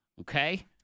Okay